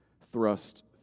thrust